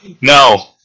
No